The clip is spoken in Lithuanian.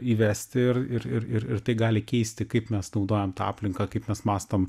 įvesti ir ir ir ir tai gali keisti kaip mes naudojam tą aplinką kaip mes mąstom